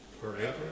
forever